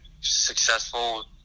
successful